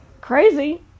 crazy